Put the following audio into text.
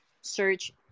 search